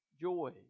joy